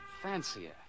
fancier